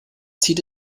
zieht